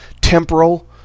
temporal